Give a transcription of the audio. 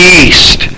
east